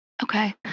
Okay